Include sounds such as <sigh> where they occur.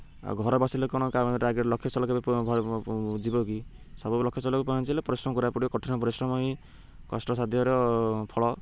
ଆଉ ଘରେ ବସିଲେ କ'ଣ ଲକ୍ଷ୍ୟ ସ୍ଥଳ <unintelligible> ଯିବ କି ସବୁ ଲକ୍ଷ୍ୟ ସ୍ଥଳକୁ ପହଞ୍ଚିବାକୁ ହେଲେ ପରିଶ୍ରମ କରିବାକୁ ପଡ଼ିବ କଠିନ ପରିଶ୍ରମ ହିଁ କଷ୍ଟ ସାାଧ୍ୟର ଫଳ